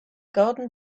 garden